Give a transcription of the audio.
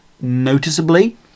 noticeably